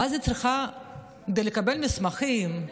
ואז, כדי לקבל מסמכים,